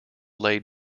laid